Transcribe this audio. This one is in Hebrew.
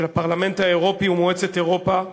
של הפרלמנט האירופי ומועצת אירופה,